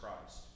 Christ